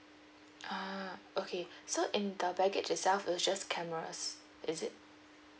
ah okay so in the baggage itself is just cameras is it